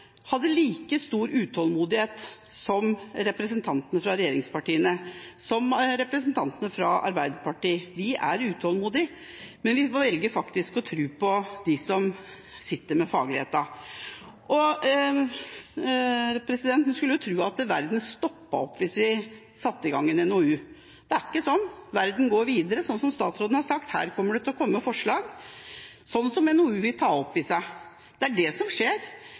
hadde sjekket med, hadde like stor utålmodighet som representantene fra regjeringspartiene og representantene fra Arbeiderpartiet. Vi er utålmodige, men vi må velge å tro på dem som sitter med fagkunnskapen. En skulle tro at verden ville stoppe opp hvis vi satte i gang med en NOU. Det er ikke slik. Verden går videre, slik som statsråden har sagt. Det vil komme forslag som en NOU vil ta opp i seg – det er det som skjer.